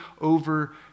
over